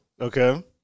okay